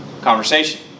conversation